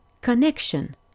connection